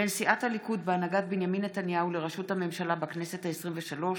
בין סיעת הליכוד בהנהגת בנימין נתניהו לראשות הממשלה בכנסת העשרים-ושלוש